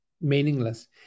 meaningless